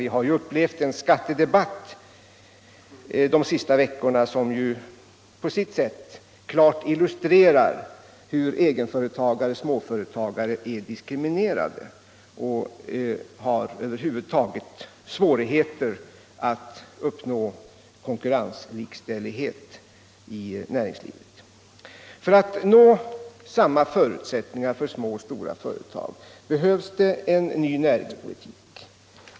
Vi har ju de senaste dagarna upplevt en skattedebatt som på sitt sätt klart illustrerar hur egenföretagare och småföretagare = Nr 87 är diskriminerade och vilka svårigheter de över huvud taget har att uppnå konkurrenslikställighet i näringslivet. För att uppnå samma förutsättningar för små och stora företag behövs —— det en ny näringspolitik.